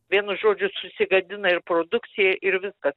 vienu žodžiu susigadina ir produkcija ir viskas